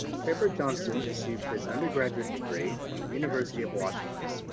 trevor johnson received his undergraduate degree from the university of washington.